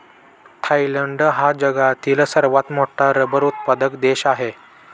Thailand हा जगातील सर्वात मोठा रबर उत्पादक देश आहे